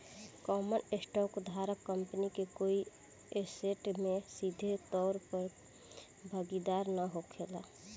common stock धारक company के कोई ऐसेट में सीधे तौर पर भागीदार ना होखेला